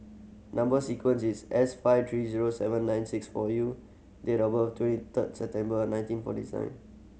number sequence is S five three zero seven nine six four U date of birth twenty third September nineteen forty seven